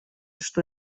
что